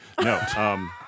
No